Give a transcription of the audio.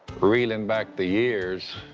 reelin' back the years,